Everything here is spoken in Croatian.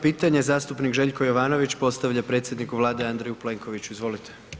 12. pitanje, zastupnik Željko Jovanović postavlja predsjedniku Vlade, Andreju Plenkoviću, izvolite.